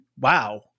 wow